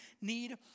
need